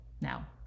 Now